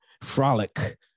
frolic